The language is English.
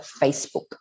Facebook